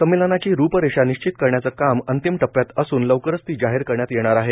संमेलनाची रूपरेषा निश्चित करण्याचे काम अंतिम टप्प्यात असून लवकरच ती जाहीर करण्यात येणार आहे